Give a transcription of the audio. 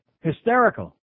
Hysterical